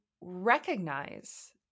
recognize